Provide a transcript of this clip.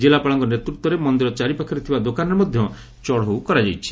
ଜିଲ୍ଲାପାଳଙ୍କ ନେତୃତ୍ୱରେ ମନ୍ଦିର ଚାରିପାଖରେ ଥିବା ଦୋକାନରେ ମଧ୍ଧ ଚଢ଼ଉ କରାଯାଇଛି